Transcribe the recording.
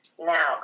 now